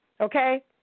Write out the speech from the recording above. okay